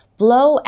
blow